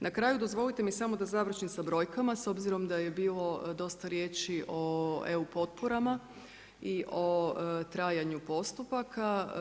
Na kraju dozvolite mi samo da završim sa brojkama, s obzirom da je bilo dosta riječi o eu potporama i o trajanju postupaka.